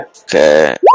Okay